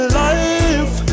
life